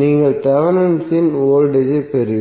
நீங்கள் Thevenin's voltage ஐப் பெறுவீர்கள்